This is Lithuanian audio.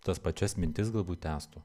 tas pačias mintis galbūt tęstų